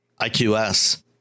IQS